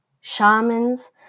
shamans